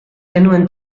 genuen